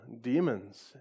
demons